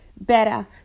better